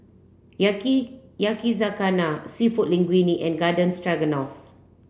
Yakizakana Seafood Linguine and Garden Stroganoff